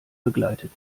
begleitet